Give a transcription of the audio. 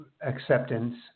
acceptance